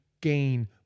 gain